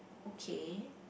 okay